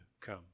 come